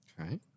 Okay